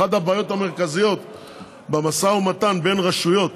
אחת הבעיות המרכזיות במשא ומתן בין רשויות,